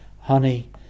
honey